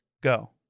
go